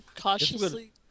cautiously